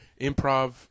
improv